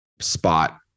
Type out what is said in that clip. spot